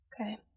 Okay